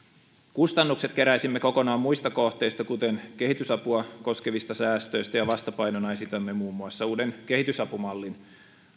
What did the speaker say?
kustannukset keräisimme kokonaan muista kohteista kuten kehitysapua koskevista säästöistä ja vastapainona esitämme muun muassa uuden kehitysapumallin